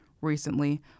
Recently